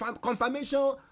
confirmation